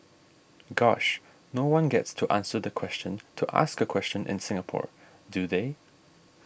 gosh no one gets to answer the question to ask a question in Singapore do they